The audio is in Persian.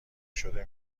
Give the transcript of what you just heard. شده